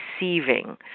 receiving